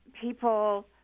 people